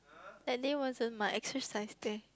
that day wasn't my exercise day